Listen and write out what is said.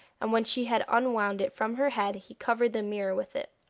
and when she had unwound it from her head he covered the mirror with it.